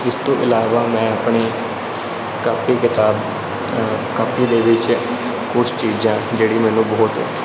ਇਸ ਤੋਂ ਇਲਾਵਾ ਮੈਂ ਆਪਣੀ ਕਾਪੀ ਕਿਤਾਬ ਕਾਪੀ ਦੇ ਵਿੱਚ ਕੁਛ ਚੀਜ਼ਾਂ ਜਿਹੜੀ ਮੈਨੂੰ ਬਹੁਤ